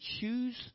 choose